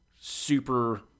super